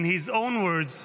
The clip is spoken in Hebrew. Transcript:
In his own words,